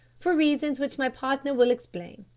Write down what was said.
for reasons which my partner will explain.